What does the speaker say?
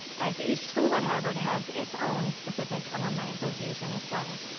as each school at harvard has its own specific alumni association, as well.